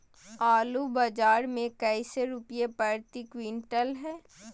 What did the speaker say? आलू बाजार मे कैसे रुपए प्रति क्विंटल है?